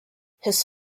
his